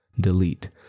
Delete